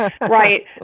Right